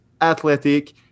athletic